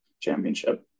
championship